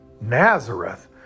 Nazareth